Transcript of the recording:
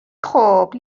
خوب